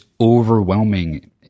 overwhelming